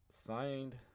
signed